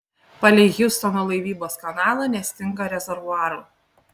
palei hjustono laivybos kanalą nestinga rezervuarų